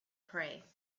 pray